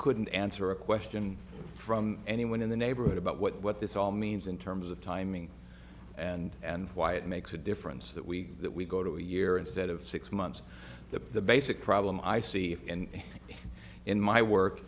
couldn't answer a question from anyone in the neighborhood about what this all means in terms of timing and why it makes a difference that we that we go to a year instead of six months the basic problem i see and in my work